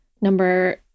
Number